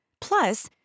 Plus